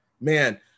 Man